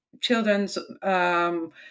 children's